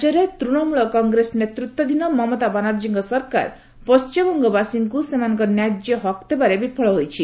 ରାଜ୍ୟରେ ତୃଣମୂଳ କଂଗ୍ରେସ ନେତୃତ୍ୱାଧୀନ ମମତା ବାନାର୍ଜୀଙ୍କ ସରକାର ପଣ୍ଢିମବଙ୍ଗବାସୀଙ୍କୁ ସେମାନଙ୍କ ନ୍ୟାଯ୍ୟ ହକ୍ ଦେବାରେ ବିଫଳ ହୋଇଛି